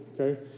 okay